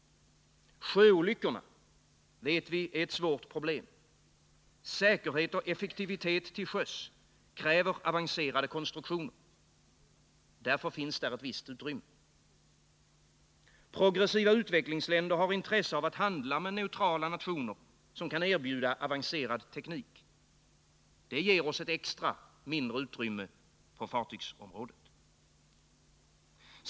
Sjöolyckorna är ett svårt problem. Säkerhet och effektivitet till sjöss kräver avancerade konstruktioner. Därför finns där ett visst utrymme. Progressiva utvecklingsländer har intresse av att handla med neutrala 33 nationer som kan erbjuda avancerad teknik. Det ger oss ett extra, mindre utrymme på fartygsområdet.